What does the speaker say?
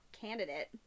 candidate